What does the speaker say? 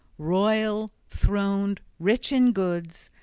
royal, throned, rich in goods,